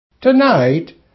Tonight